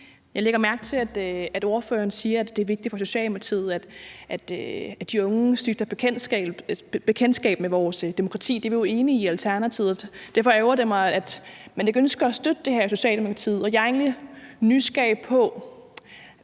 Jeg lægger mærke til, at ordføreren siger, at det er vigtigt for Socialdemokratiet, at de unge stifter bekendtskab med vores demokrati. Det er vi jo enige i i Alternativet. Derfor ærgrer det mig, at Socialdemokratiet ikke ønsker at støtte det her. Jeg er egentlig nysgerrig på,